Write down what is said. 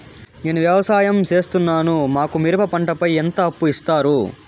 నేను వ్యవసాయం సేస్తున్నాను, మాకు మిరప పంటపై ఎంత అప్పు ఇస్తారు